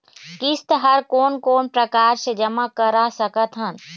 किस्त हर कोन कोन प्रकार से जमा करा सकत हन?